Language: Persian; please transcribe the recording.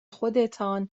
خودتان